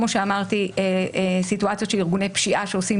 כמו שאמרתי סיטואציות של ארגוני פשיעה שעושים